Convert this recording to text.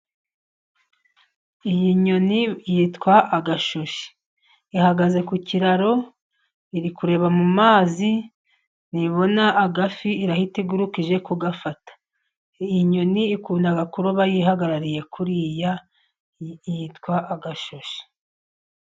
Iyi nyoni yitwa agashoshi, ihagaze ku kiraro iri kureba mu mumazi, ni bona gafi irahita iguruka ije kugafata. Iyi nyoni ikunda kuroba yihagarariye kuriya, yitwa agashoshi.